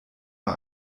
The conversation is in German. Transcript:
war